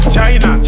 China